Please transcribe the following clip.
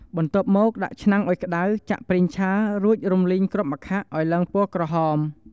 បន្ទាប់មក ដាក់ឆ្នាំងឲ្យក្ដៅ ចាក់ប្រេងឆា រួចរំលីងគ្រាប់ម្ខាក់ឲ្យឡើងពណ៌ក្រហម។